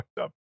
up